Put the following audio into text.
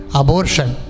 abortion